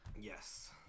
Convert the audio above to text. Yes